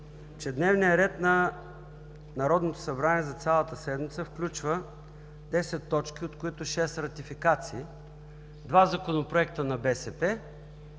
че дневният ред на Народното събрание за цялата седмица включва десет точки, от които шест ратификации, два законопроекта на БСП,